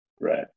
Right